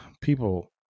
people